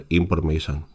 information